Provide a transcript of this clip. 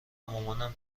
مامان